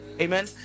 Amen